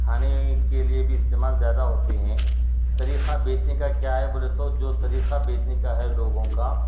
کھانے کے لیے بھی استعمال زیادہ ہوتے ہیں طریقہ بیچنے کا کیا ہے بولے تو جو طریقہ بیچنے کا ہے لوگوں کا